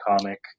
comic